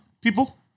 People